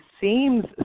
seems